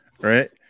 Right